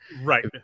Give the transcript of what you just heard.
Right